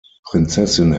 prinzessin